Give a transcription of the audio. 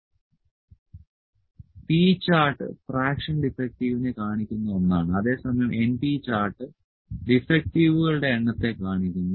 P chart fraction ഡിഫെക്ടിവിനെ കാണിക്കുന്ന ഒന്നാണ് അതേസമയം np ചാർട്ട് ഡിഫക്റ്റീവുകളുടെ എണ്ണത്തെ കാണിക്കുന്നു